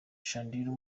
chandiru